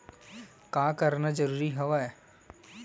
का करना जरूरी हवय?